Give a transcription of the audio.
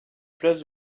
pleuve